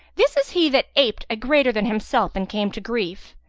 this is he that aped a greater than himself and came to grief.